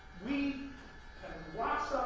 we have watched